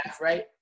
right